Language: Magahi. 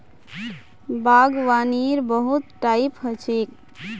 बागवानीर बहुत टाइप ह छेक